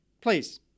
please